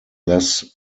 less